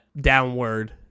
downward